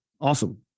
Awesome